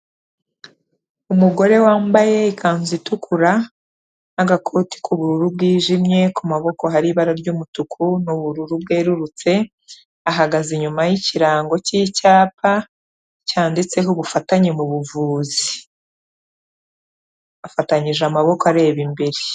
Umugore wambaye ikanzu itukura n'agakoti k'ubururu bwijimye ku maboko hari ibara ry'umutuku n'ubururu bwerurutse, ahagaze inyuma y'ikirango cy'icyapa cyanditseho ubufatanye mu buvuzi, afatanyije amaboko areba imbere.